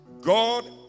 God